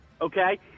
Okay